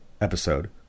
episode